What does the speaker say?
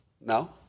No